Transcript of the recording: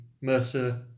Mercer